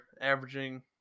averaging